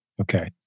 Okay